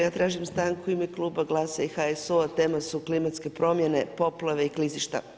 Ja tražim stanku u ime kluba GLAS-a i HSU-a a tema su klimatske promjene, poplave i klizišta.